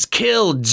killed